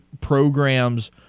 programs